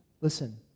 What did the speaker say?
listen